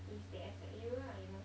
if they accept you lah you know